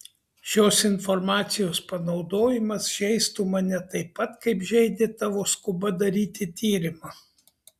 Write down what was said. šios informacijos panaudojimas žeistų mane taip pat kaip žeidė tavo skuba daryti tyrimą